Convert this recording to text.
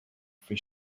for